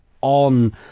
on